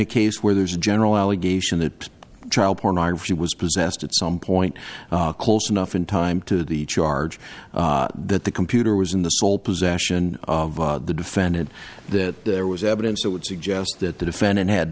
a case where there's a general allegation that child pornography was possessed at some point close enough in time to the charge that the computer was in the sole possession of the defendant the there was evidence that would suggest that the defendant had